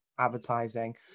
advertising